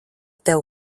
tev